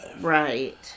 Right